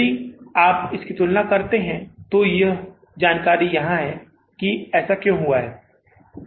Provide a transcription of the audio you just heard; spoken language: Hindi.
यदि आप इसकी तुलना करते हैं तो यह जानकारी यहाँ है कि ऐसा क्यों हुआ है